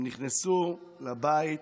הם נכנסו לבית